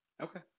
okay